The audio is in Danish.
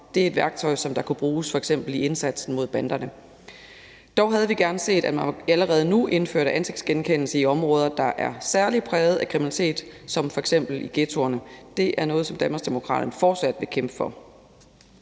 det er et værktøj, som kunne bruges i f.eks. indsatsen mod banderne. Dog havde vi gerne set, at man allerede nu indførte ansigtsgenkendelse i områder, der er særlig præget af kriminalitet, som f.eks. i ghettoerne. Det er noget, som Danmarksdemokraterne fortsat vil kæmpe for.